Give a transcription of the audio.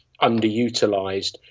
underutilized